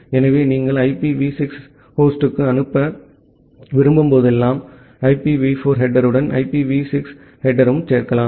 எனவே நீங்கள் அதை IPv6 ஹோஸ்டுக்கு அனுப்ப விரும்பும் போதெல்லாம் IPv4 ஹெடேர்டன் IPv6 தலைப்பையும் சேர்க்கலாம்